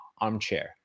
armchair